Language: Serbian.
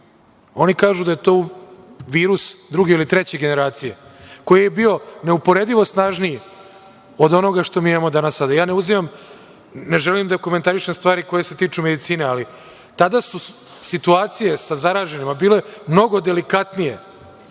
kažu da je to virus druge ili treće generacije koji je bio neuporedivo snažniji od onoga što imamo danas. Ne želim da komentarišem stvari koje se tiču medicine, ali tada su situacije sa zaraženima bile mnogo delikatnije